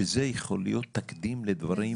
שזה יכול להיות תקדים לדברים.